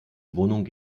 wohnung